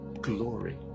glory